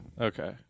Okay